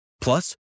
Plus